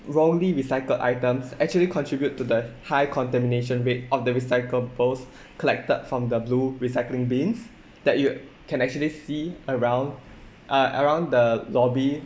wrongly recycled items actually contribute to the high contamination rate of the recyclables collected from the blue recycling bins that you can actually see around ah around the lobby